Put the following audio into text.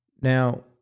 Now